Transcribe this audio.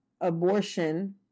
abortion